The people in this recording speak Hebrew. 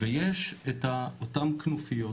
ויש את אותם כנופיות